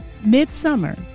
midsummer